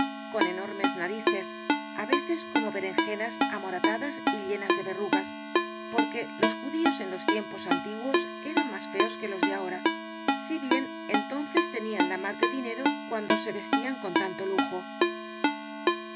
con enormes narices á veces como berengenas amoratadas y llenas de berrugas porque los judíos de los tiempos antiguos eran más feos que los de ahora si bien entonces tenían la mar de dinero cuando se vestían con tanto lujo